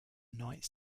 knights